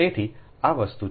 તેથી આ વસ્તુ છે